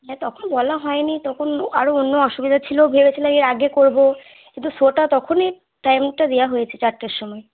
হ্যাঁ তখন বলা হয়নি তখন আরও অন্য অসুবিধা ছিল ভেবেছিলাম এর আগে করব কিন্তু শোটা তখনই টাইমটা দেওয়া হয়েছে চারটের সময়